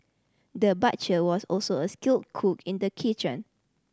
the butcher was also a skilled cook in the kitchen